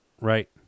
Right